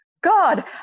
god